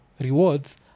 Rewards